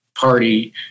party